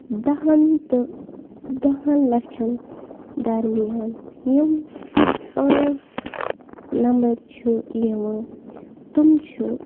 دَہَن تہٕ دَہَن لَچھَن درمیان یِم پانٛژھ نَمبَر چھِ یِوان تِم چھِ